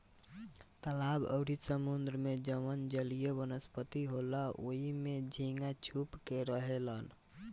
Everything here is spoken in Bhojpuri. तालाब अउरी समुंद्र में जवन जलीय वनस्पति होला ओइमे झींगा छुप के रहेलसन